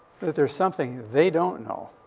that there's something they don't know.